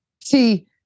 See